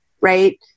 Right